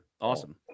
Awesome